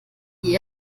die